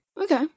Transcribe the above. Okay